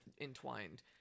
entwined